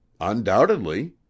Undoubtedly